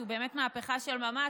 שהוא באמת מהפכה של ממש,